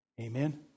Amen